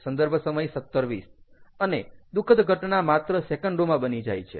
સંદર્ભ સમય 1720 અને દુઃખદ ઘટના માત્ર સેકન્ડોમાં બની જાય છે